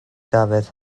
dafydd